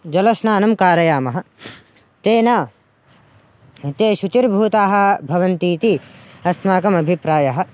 जलस्नानं कारयामः तेन ते शुचिर्भूताः भवन्ति इति अस्माकम् अभिप्रायः